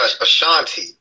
Ashanti